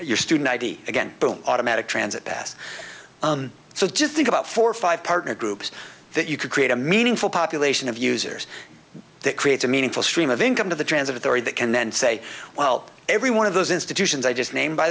your student id again boom automatic transit bass so just think about four or five partner groups that you could create a meaningful population of users that creates a meaningful stream of income to the transit authority that can then say well every one of those institutions i just named by